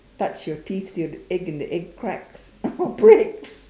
touch your teeth to the egg and egg cracks or breaks